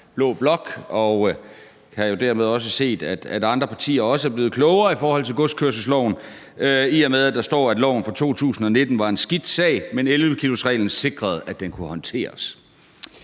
blå blok, og dermed også kan have set, at også andre partier er blevet klogere i forhold til godskørselsloven, i og med at der står, at loven fra 2019 var en skidt sag, men 11-kilosreglen sikrede, at den kunne håndteres.